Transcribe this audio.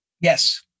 Yes